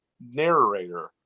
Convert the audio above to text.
narrator